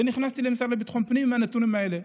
ונכנסתי למשרד לביטחון הפנים עם הנתונים האלה.